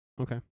Okay